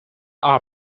are